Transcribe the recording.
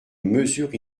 mesure